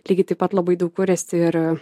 lygiai taip pat labai daug kuriasi ir